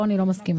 פה אני לא מסכימה.